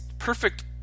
perfect